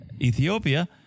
Ethiopia